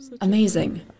Amazing